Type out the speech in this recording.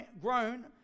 grown